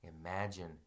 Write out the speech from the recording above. imagine